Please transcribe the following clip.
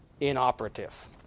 inoperative